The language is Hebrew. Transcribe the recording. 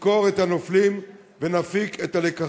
נזכור את הנופלים ונפיק את הלקחים.